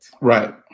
Right